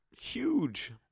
Huge